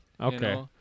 Okay